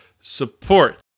support